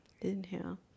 Inhale